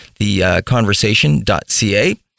theconversation.ca